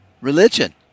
religion